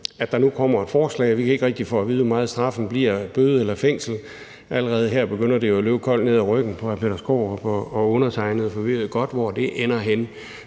at der nu kommer et forslag. Vi kan ikke rigtig få at vide, hvor meget straffen bliver, bøde eller fængsel. Allerede her begynder det jo at løbe hr. Peter Skaarup og undertegnede koldt ned ad ryggen, for vi ved godt, hvorhenne det ender. Men